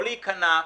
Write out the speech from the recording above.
לא להיכנע,